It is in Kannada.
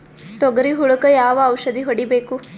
ತೊಗರಿ ಹುಳಕ ಯಾವ ಔಷಧಿ ಹೋಡಿಬೇಕು?